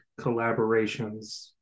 collaborations